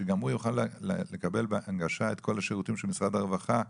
שגם הוא יוכל לקבל בהנגשה את כל השירותים של משרד הרווחה.